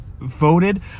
voted